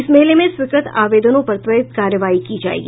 इस मेले में स्वीकृत ओवदनों पर त्वरित कार्रवाई की जायेगी